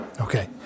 Okay